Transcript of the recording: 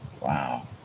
wow